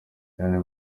liliane